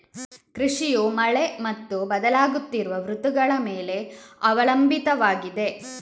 ಕೃಷಿಯು ಮಳೆ ಮತ್ತು ಬದಲಾಗುತ್ತಿರುವ ಋತುಗಳ ಮೇಲೆ ಅವಲಂಬಿತವಾಗಿದೆ